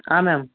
ಹಾಂ ಮ್ಯಾಮ್